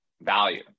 value